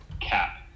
cap